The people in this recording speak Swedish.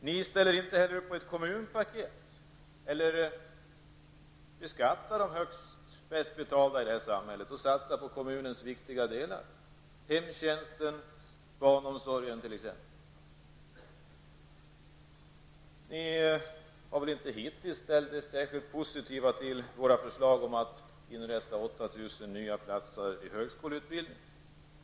Ni ställer inte heller upp på ett kommunpaket eller på att beskatta de högst betalda i samhället för att satsa på kommunernas viktiga delar, t.ex. Ni har väl inte hittills ställt er särskilt positiva till våra förslag om att inrätta 8 000 nya platser inom högskoleutbildningen.